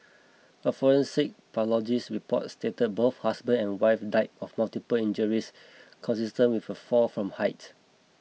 a forensic pathologist's report stated both husband and wife died of multiple injuries consistent with a fall from height